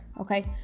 Okay